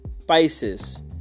spices